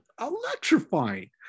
electrifying